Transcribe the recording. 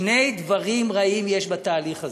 שני דברים רעים יש בתהליך הזה.